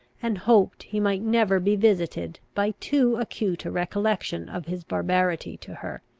and hoped he might never be visited by too acute a recollection of his barbarity to her.